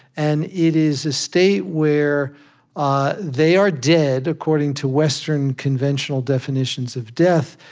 and it is a state where ah they are dead, according to western conventional definitions of death,